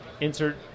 insert